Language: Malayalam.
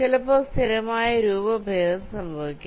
ചിലപ്പോൾ സ്ഥിരമായ രൂപഭേദം സംഭവിക്കാം